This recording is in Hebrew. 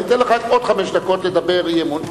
אני אתן לך עוד חמש דקות לדבר באי-אמון,